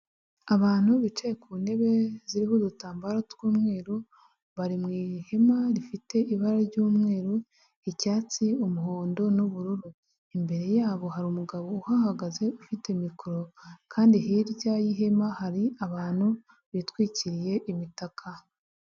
Abantu bicaye ku ntebe ziriho udutambaro tw'umweru bari mu ihema rifite ibara ry'umweru, icyatsi, umuhondo n'ubururu. Imbere yabo hari umugabo uhahagaze ufite mikoro kandi hirya y'ihema hari abantu bitwikiriye imitaka.